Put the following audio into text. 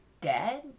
dead